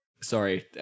Sorry